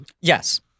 yes